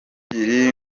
tukiri